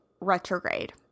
retrograde